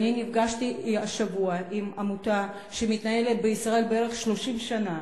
נפגשתי השבוע עם עמותה שמתנהלת בישראל בערך 30 שנה,